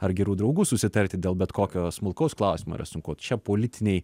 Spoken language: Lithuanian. ar gerų draugų susitarti dėl bet kokio smulkaus klausimo yra sunku čia politiniai